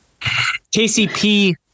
KCP